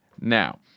Now